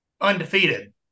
undefeated